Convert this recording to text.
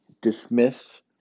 dismiss